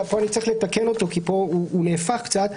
ופה צריך לתקן אותו כי פה הוא נהפך קצת.